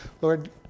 Lord